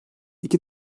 iki